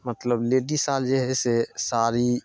मतलब लेडीज अर जे हइ से साड़ी